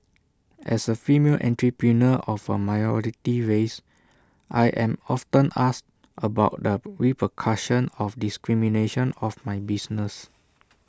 as A female entrepreneur of A minority race I am often asked about the repercussion of discrimination of my business